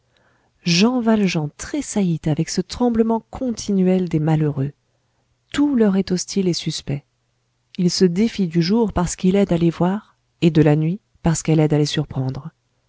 jean valjean tressaillit avec ce tremblement continuel des malheureux tout leur est hostile et suspect ils se défient du jour parce qu'il aide à les voir et de la nuit parce qu'elle aide à les surprendre